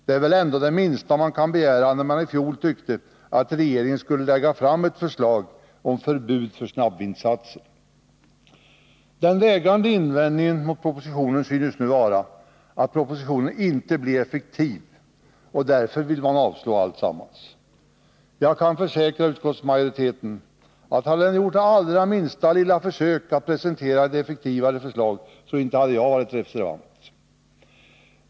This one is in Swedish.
Det är väl ändå det minsta man kan begära av dem som i fjol tyckte att regeringen skulle lägga fram ett förslag om förbud för snabbvinsatser. Den vägande invändningen mot propositionen synes nu vara att den inte blir effektiv, och därför vill man avslå alltsammans. Jag kan försäkra utskottsmajoriteten att hade ni gjort det allra minsta lilla försök att presentera ett effektivare förslag, så hade inte jag varit reservant.